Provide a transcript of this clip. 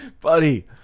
Buddy